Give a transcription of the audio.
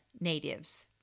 Natives